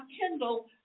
Kindle